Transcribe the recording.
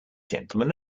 gentlemen